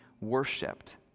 worshipped